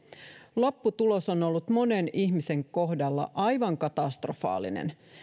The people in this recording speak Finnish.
lopputulos on ollut monen ihmisen kohdalla aivan katastrofaalinen